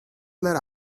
let